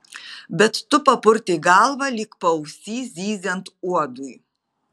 bet tu papurtei galvą lyg paausy zyziant uodui